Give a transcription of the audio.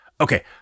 Okay